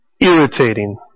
irritating